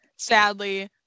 Sadly